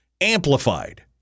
amplified